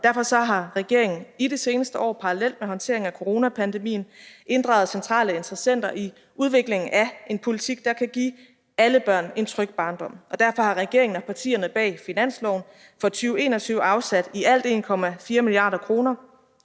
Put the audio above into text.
Derfor har regeringen i det seneste år parallelt med håndteringen af coronapandemien inddraget centrale interessenter i udviklingen af en politik, der kan give alle børn en tryg barndom. Og derfor har regeringen og partierne bag finansloven for 2021 afsat i alt 1,4 mia. kr.